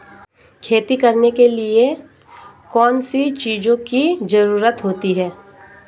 खेती करने के लिए कौनसी चीज़ों की ज़रूरत होती हैं?